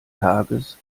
tages